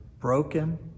broken